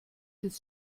des